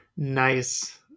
Nice